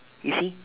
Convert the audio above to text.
you see